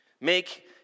Make